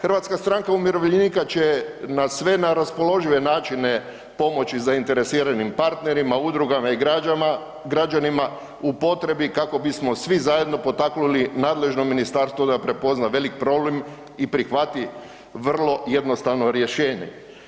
Hrvatska stranka umirovljenika će na sve raspoložive načine pomoći zainteresiranim partnerima, Udrugama i građanima u potrebi kako bismo svi zajedno potaknuli nadležno Ministarstvo da prepozna velik problem i prihvati vrlo jednostavno rješenje.